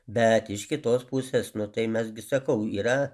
bet iš kitos pusės nu tai mes gi sakau yra